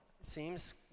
seems